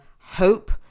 hope